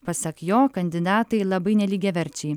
pasak jo kandidatai labai nelygiaverčiai